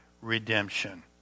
redemption